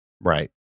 Right